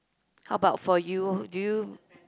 how about for you do you